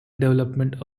development